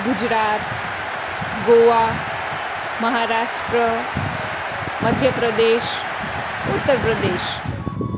Gujarat Goa Maharashtra Madhya Pradesh Uttar Pradesh